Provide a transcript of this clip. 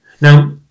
now